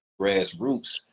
grassroots